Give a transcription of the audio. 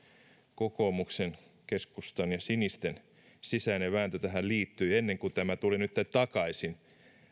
kokoomuksen keskustan ja sinisten sisäinen vääntö tähän liittyi ennen kuin tämä tuli nytten takaisin